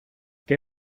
qué